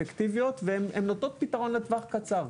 והן נותנות פתרון לטווח קצר.